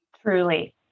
Truly